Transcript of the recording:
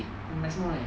maximum weight